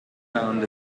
found